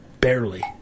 Barely